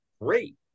great